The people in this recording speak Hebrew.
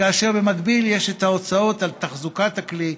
כאשר במקביל יש את ההוצאות על תחזוקת הכלי,